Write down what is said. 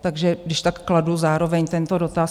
Takže když tak kladu zároveň tento dotaz.